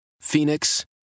Phoenix